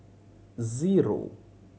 zero